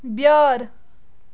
بیٲر